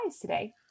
today